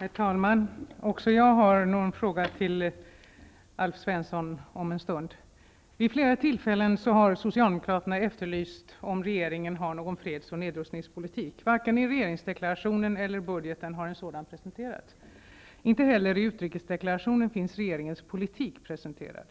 Herr talman! Också jag har frågor till Alf Svensson. Jag återkommer till dem. Vid flera tillfällen har socialdemokraterna efterlyst om regeringen har någon freds och nedrustningspolitik. Varken i regeringsdeklarationen eller budgeten har en sådan presenterats. Inte heller i utrikesdeklarationen finns regeringens politik presenterad.